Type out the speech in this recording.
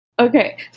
Okay